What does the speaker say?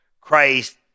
Christ